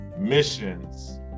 missions